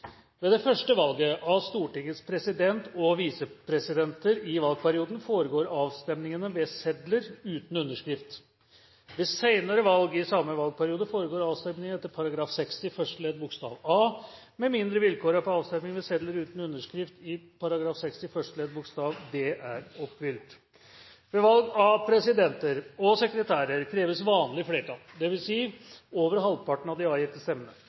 det første valget av Stortingets president og visepresidenter i valgperioden foregår avstemningene ved sedler uten underskrift. Ved senere valg i samme valgperiode foregår avstemningene etter § 60 første ledd bokstav a, med mindre vilkårene for avstemning ved sedler uten underskrift i § 60 første ledd bokstav d er oppfylt. Ved valg av presidenter og sekretærer kreves vanlig flertall, dvs. over halvparten av de avgitte stemmene.